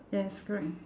yes correct